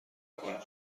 کنید